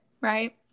right